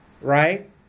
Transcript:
right